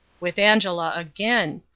with angela again!